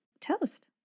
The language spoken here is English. toast